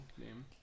name